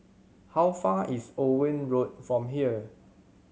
how far away is Owen Road from here